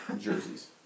jerseys